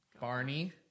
Barney